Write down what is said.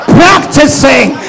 practicing